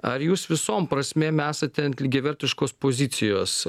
ar jūs visom prasmėm esate ant lygiavertiškos pozicijos